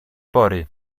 pory